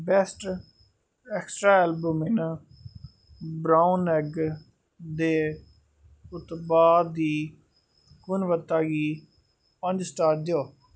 best extra albumin brown egg दे उत्पाद दी गुणवत्ता गी पंज स्टार देओ